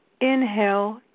inhale